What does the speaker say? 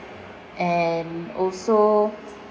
and also